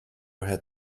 had